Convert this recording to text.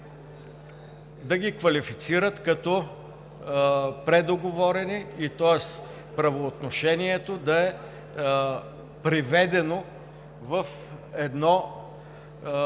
да ги квалифицират като предоговорени и тоест правоотношението да е приведено в едно нормално,